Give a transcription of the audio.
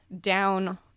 down